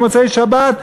במוצאי-שבת,